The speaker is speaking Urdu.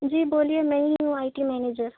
جی بولیے میں ہی ہوں آئی ٹی منیجر